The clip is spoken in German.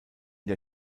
der